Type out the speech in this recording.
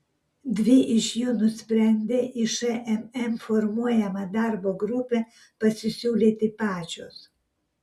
dvi iš jų nusprendė į šmm formuojamą darbo grupę pasisiūlyti pačios